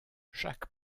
chaque